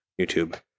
YouTube